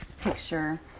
picture